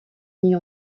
niet